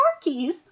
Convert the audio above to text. keys